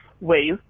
ways